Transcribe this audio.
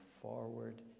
forward